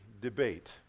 debate